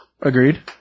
Agreed